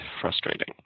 frustrating